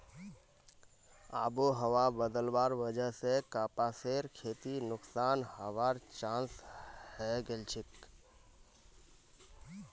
आबोहवा बदलवार वजह स कपासेर खेती नुकसान हबार चांस हैं गेलछेक